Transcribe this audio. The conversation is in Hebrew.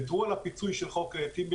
ויתרו על הפיצוי של "חוק טיבי",